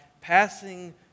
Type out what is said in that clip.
passing